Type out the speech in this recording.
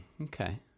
okay